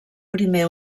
primer